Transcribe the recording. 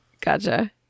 Gotcha